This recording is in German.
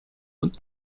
und